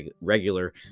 regular